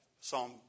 Psalm